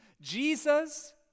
Jesus